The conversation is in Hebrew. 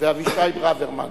ואבישי ברוורמן.